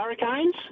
Hurricanes